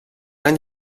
any